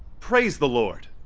praise the lord.